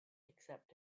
except